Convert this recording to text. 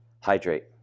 Hydrate